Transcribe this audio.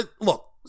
look